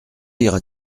iras